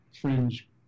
fringe